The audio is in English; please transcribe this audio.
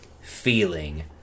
feeling